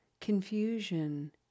confusion